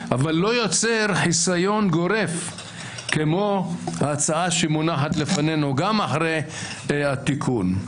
אבל לא יוצר חיסיון גורף כמו ההצעה שמונחת לפנינו גם אחרי התיקון.